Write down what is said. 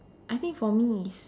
I think for me is